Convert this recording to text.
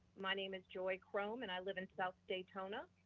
my name is joy chrome and i live in south daytona.